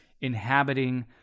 inhabiting